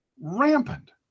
rampant